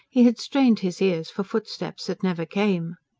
he had strained his ears for footsteps that never came.